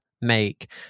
make